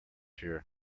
year